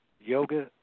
Yoga